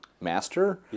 master